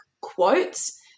quotes